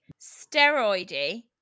steroidy